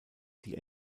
die